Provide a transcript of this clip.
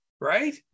right